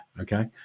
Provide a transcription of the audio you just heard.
okay